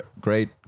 great